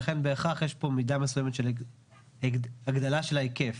ולכן בהכרח יש פה מידה מסויימת של הגדלה של ההיקף.